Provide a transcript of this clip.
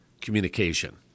communication